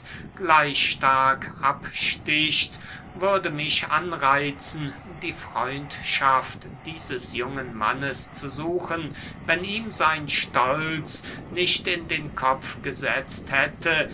gleich stark absticht würde mich anreitzen die freundschaft dieses jungen mannes zu suchen wenn ihm sein stolz nicht in den kopf gesetzt hätte